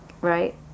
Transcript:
right